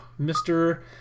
Mr